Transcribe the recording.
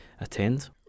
attend